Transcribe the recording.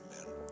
amen